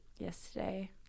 yesterday